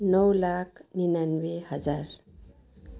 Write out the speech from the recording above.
नौ लाख निनानब्बे हजार